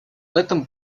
этом